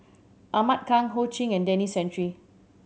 Ahmad Khan Ho Ching and Denis Santry